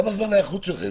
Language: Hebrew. כמה זמן ההיערכות שלכם?